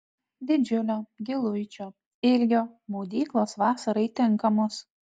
didžiulio giluičio ilgio maudyklos vasarai tinkamos